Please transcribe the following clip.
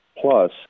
Plus